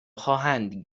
خواهند